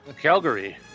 Calgary